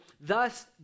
thus